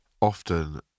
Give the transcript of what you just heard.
often